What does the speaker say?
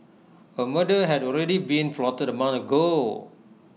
A murder had already been plotted A month ago